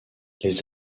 les